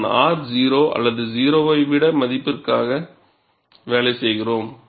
நாம் R 0 அல்லது 0 ஐ விட மதிப்பிற்காக வேலை செய்கிறோம்